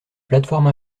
plateforme